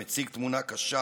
המציג תמונה קשה